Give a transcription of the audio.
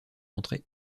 entrée